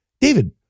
David